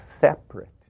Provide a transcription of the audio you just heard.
separate